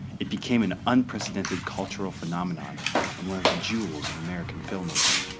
it became an unprecedented cultural phenomenon and one of the jewels of american filmmaking.